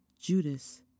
Judas